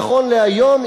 נכון להיום,